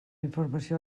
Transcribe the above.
informació